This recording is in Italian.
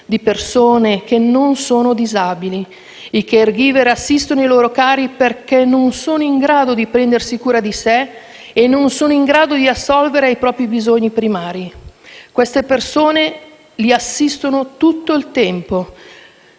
di persone che non sono disabili. I *caregiver* familiari assistono i loro cari perché non sono in grado di prendersi cura di sé e non sono in grado di assolvere ai propri bisogni primari. Queste persone li assistono tutto il tempo,